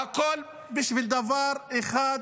והכול בשביל דבר אחד,